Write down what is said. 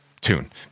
tune